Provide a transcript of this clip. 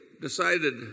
decided